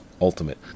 Ultimate